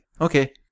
Okay